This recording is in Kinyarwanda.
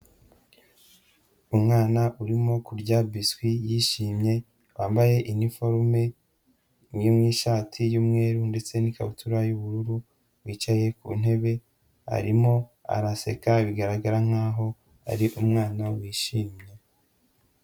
Umwana urimo kurya biswi yishimye, wambaye iniforume imwe mu ishati y'umweru ndetse n'ikabutura y'ubururu, wicaye ku ntebe arimo araseka bigaragara nkaho ari umwana wishimye.